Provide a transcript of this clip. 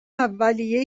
اولیه